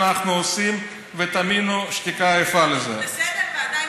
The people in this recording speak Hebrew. השר: בסוף יהיה הסכם,